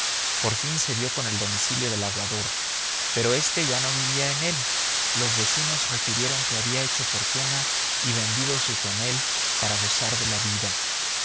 por fin se dio con el domicilio del aguador pero éste ya no vivía en él los vecinos refirieron que había hecho fortuna y vendido su tonel para gozar de la vida